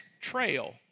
trail